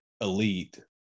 elite